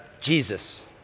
Jesus